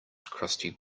crusty